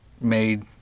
made